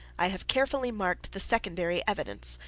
i have carefully marked the secondary evidence,